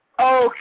Okay